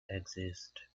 exist